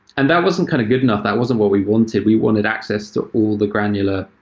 and that wasn't kind of good enough. that wasn't what we wanted. we wanted access to all the granular,